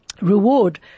reward